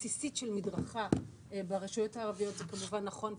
אפשר להמשיך דברים שתוכננו במשרד,